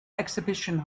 exhibition